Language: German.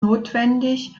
notwendig